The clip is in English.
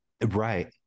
right